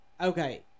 okay